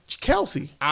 Kelsey